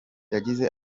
yagize